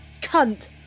cunt